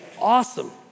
awesome